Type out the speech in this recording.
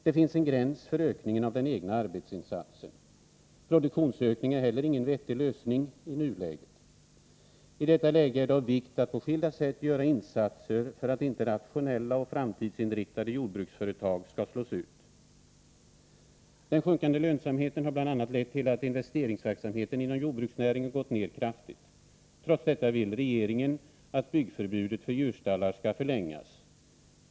Det finns en gräns för ökning av den egna arbetsinsatsen. Produktionsökning är heller ingen vettig lösning i nuläget. I detta läge är det av vikt att på skilda sätt göra insatser för att rationella och framtidsinriktade jordbruksföretag inte skall slås ut. Den sjunkande lönsamheten har bl.a. lett till att investeringsverksamheten inom jordbruksnäringen gått ner kraftigt. Trots detta vill regeringen att byggförbudet för djurstallar skall förlängas.